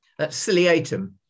Ciliatum